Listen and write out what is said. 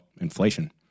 inflation